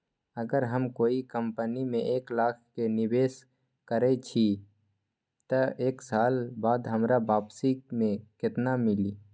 अगर हम कोई कंपनी में एक लाख के निवेस करईछी त एक साल बाद हमरा वापसी में केतना मिली?